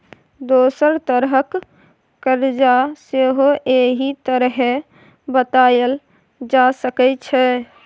दोसर तरहक करजा सेहो एहि तरहें बताएल जा सकै छै